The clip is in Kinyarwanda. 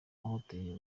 mahoteli